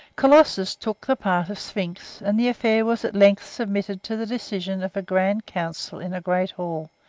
colossus took the part of sphinx, and the affair was at length submitted to the decision of a grand council in a great hall,